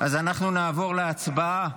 אז אנחנו נעבור להצבעה.